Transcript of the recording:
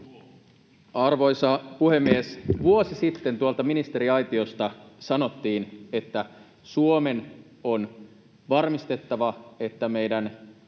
Arvoisa puhemies! Vuosi sitten tuolta ministeriaitiosta sanottiin, että Suomen on varmistettava, että meidän